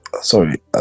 sorry